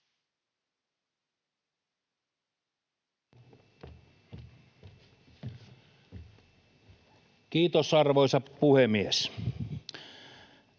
Kiitos, arvoisa puhemies!